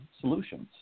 solutions